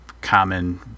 common